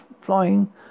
flying